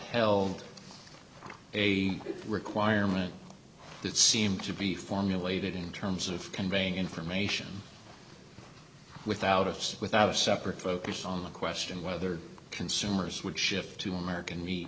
held a requirement that seemed to be formulated in terms of conveying information without us without a separate focus on the question whether consumers would shift to american me